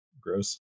Gross